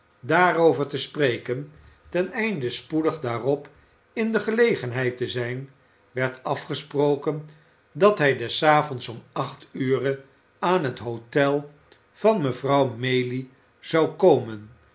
daarover te spreken ten einde spoedig daartoe in de gelegenheid te zijn werd afgesproken dat hij des avonds om acht ure aan het hotel van mevrouw maylie zou komen